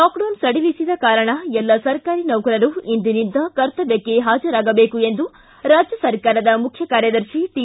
lockdown ಸಡಿಲಿಸಿದ ಕಾರಣ ಎಲ್ಲ ಸರ್ಕಾರಿ ನೌಕರರು ಇಂದಿನಿಂದ ಕರ್ತಮ್ಯಕ್ಕೆ ಹಾಜರಾಗಬೇಕು ಎಂದು ರಾಜ್ಯ ಸರ್ಕಾರದ ಮುಖ್ಯ ಕಾರ್ಯದರ್ಶಿ ಟಿ